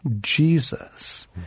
Jesus